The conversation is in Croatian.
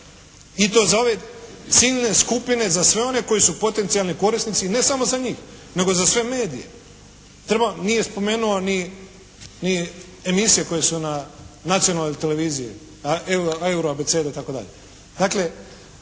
i to za ove silne skupine, za sve one koji su potencijalni korisnici i ne samo za njih, nego za sve medije. Treba, nije spomenuo ni emisije koje su na nacionalnoj televiziji euro abeceda itd.